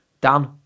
Dan